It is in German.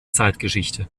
zeitgeschichte